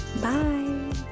Bye